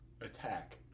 attack